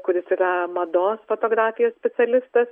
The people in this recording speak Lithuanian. kuris yra mados fotografijos specialistas